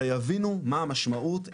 אלא יבינו מה המשמעות,